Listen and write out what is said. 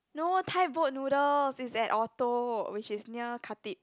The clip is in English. no Thai boat noodles it's at Orto which is near Khatib